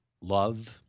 love